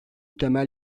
temel